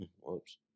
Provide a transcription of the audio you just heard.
Whoops